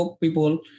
people